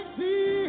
see